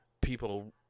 people